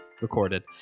recorded